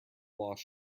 lost